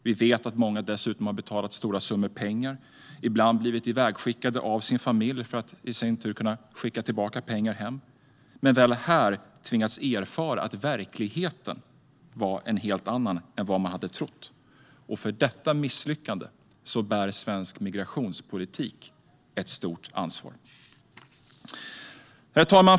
Vi vet att många dessutom har betalat stora summor pengar eller blivit ivägskickade av sina familjer för att i sin tur kunna skicka tillbaka pengar hem men väl här tvingats erfara att verkligheten var en helt annan än vad man hade trott. För detta misslyckande bär svensk migrationspolitik ett stort ansvar. Herr talman!